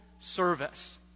service